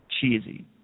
cheesy